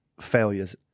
failures